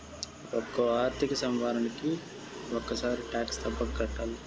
ఒక్కో ఆర్థిక సంవత్సరానికి ఒక్కసారి టాక్స్ తప్పక కట్టాలి